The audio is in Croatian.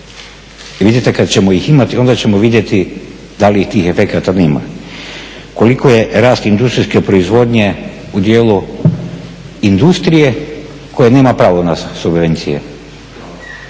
Vidite, kad ćemo ih imati onda ćemo vidjeti da li tih efekata …. Koliko je rast industrijske proizvodnje u dijelu industrije koja nema pravo na subvencije?